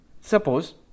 Suppose